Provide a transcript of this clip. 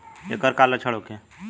ऐकर का लक्षण होखे?